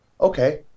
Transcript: okay